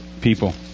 people